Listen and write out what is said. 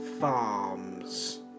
FARMS